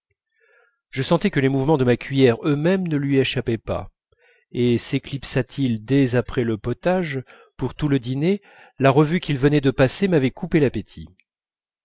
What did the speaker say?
je sentais que les mouvements de ma cuiller eux-mêmes ne lui échappaient pas et séclipsât il dès après le potage pour tout le dîner la revue qu'il venait de passer m'avait coupé l'appétit